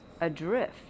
adrift